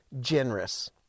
generous